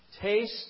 taste